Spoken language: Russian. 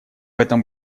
этом